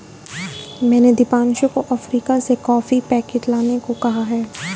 मैंने दीपांशु को अफ्रीका से कॉफी पैकेट लाने को कहा है